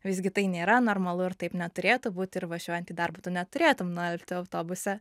visgi tai nėra normalu ir taip neturėtų būt ir važiuojant į darbą tu neturėtum nualpti autobuse